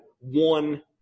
one